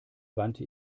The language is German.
wandte